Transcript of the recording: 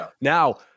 Now